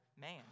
man